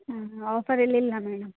ಹಾಂ ಆಫರ್ ಎಲ್ಲ ಇಲ್ಲ ಮೇಡಮ್